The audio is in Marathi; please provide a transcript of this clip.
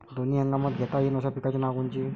दोनी हंगामात घेता येईन अशा पिकाइची नावं कोनची?